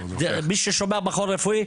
מי ששומע מכון רפואי,